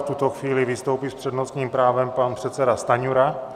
V tuto chvíli vystoupí s přednostním právem pan předseda Stanjura.